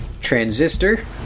Transistor